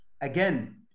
again